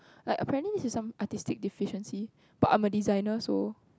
like apparently this is some artistic deficiency but I'm a designer so